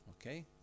Okay